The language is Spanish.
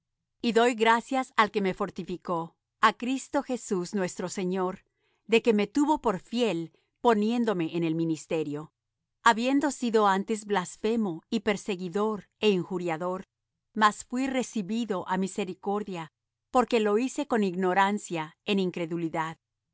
y doy gracias al que me fortificó á cristo jesús nuestro señor de que me tuvo por fiel poniéndome en el ministerio habiendo sido antes blasfemo y perseguidor é injuriador mas fuí recibido á misericordia porque lo hice con ignorancia en incredulidad mas